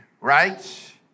right